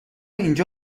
اینجا